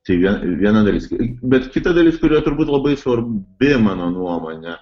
tai vie viena dalis bet kita dalis kuri turbūt labai svarbi mano nuomone